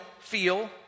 feel